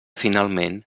finalment